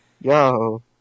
yo